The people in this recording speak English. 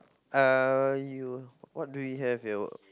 uh you what do you have here